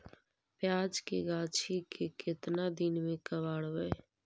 प्याज के गाछि के केतना दिन में कबाड़बै?